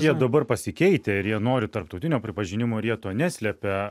jie dabar pasikeitę ir jie nori tarptautinio pripažinimo ir jie to neslepia